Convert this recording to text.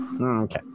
Okay